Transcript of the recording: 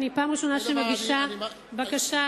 זאת הפעם הראשונה שאני מגישה בקשה,